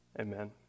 Amen